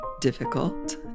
difficult